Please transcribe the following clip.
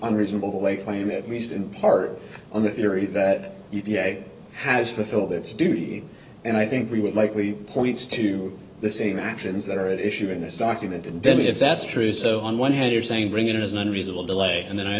one reasonable way claim at least in part on the theory that has fulfilled its duty and i think we would likely point to the same actions that are at issue in this document and then if that's true so on one hand you're saying bring it in as an unreasonable delay and then i